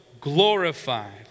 glorified